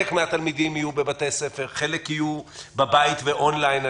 יהיו בבתי ספר וחלק מהם יהיו בבית און-ליין.